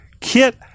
Kit